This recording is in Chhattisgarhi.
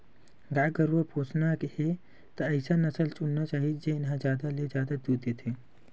गाय गरूवा पोसना हे त अइसन नसल चुनना चाही जेन ह जादा ले जादा दूद देथे